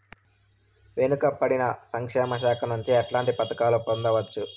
వెనుక పడిన సంక్షేమ శాఖ నుంచి ఎట్లాంటి పథకాలు పొందవచ్చు?